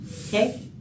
Okay